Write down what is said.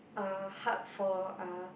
uh hard for uh